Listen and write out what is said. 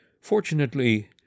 Fortunately